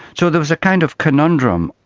so there was a kind of conundrum,